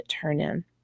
Turn-In